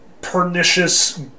pernicious